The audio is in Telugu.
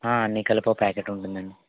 అన్నీ కలిపి ఓ ప్యాకెట్ ఉంటుందండి